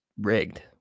rigged